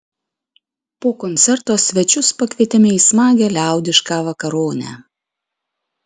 po koncerto svečius pakvietėme į smagią liaudišką vakaronę